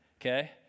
okay